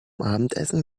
abendessen